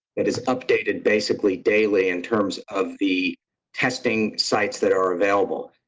it is updated basically daily in terms of the testing sites that are available.